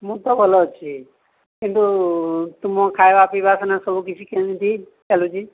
ମୁଁ ତ ଭଲ ଅଛି କିନ୍ତୁ ତୁମ ଖାଇବା ପିଇବା ସବୁ କିଛି କେମିତି ଚାଲୁଛି